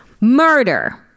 murder